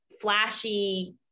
flashy